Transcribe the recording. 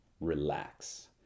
relax